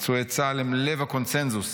פצועי צה"ל הם לב הקונסנזוס.